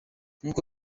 nkuko